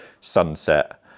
sunset